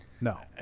No